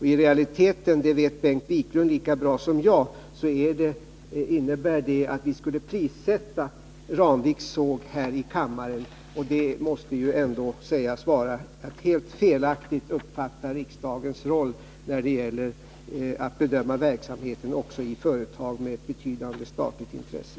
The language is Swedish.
I realiteten — det vet Bengt Wiklund lika bra som jag — innebär det att vi här i kammaren skulle prissätta Ramviks såg, och det måste väl ändå sägas vara att helt felaktigt uppfatta riksdagens roll när det gäller att bedöma verksamheten i företag, även om företaget har ett betydande statligt intresse.